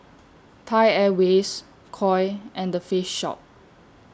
Thai Airways Koi and Face Shop